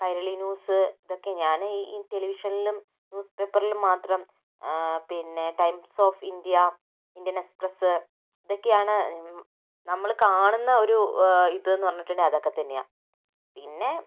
Kairali news ഇതൊക്കെ ഞാൻ ഈ ടെലിവിഷനിലും ന്യൂസ്പേപ്പറിലും മാത്രം പിന്നെ Times of India Indian Express ഇതൊക്കെയാണ് നമ്മൾ കാണുന്ന ഒരു ഇത് എന്നു പറഞ്ഞിട്ടുണ്ടെങ്കിൽ അതൊക്കെ തന്നെയായാണ് പിന്നെ